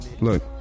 look